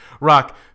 Rock